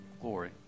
glory